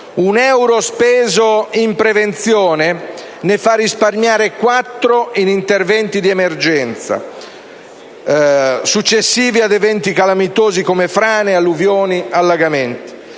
Un euro speso in prevenzione ne fa risparmiare quattro in interventi di emergenza successivi ad eventi calamitosi come frane, alluvioni, allagamenti.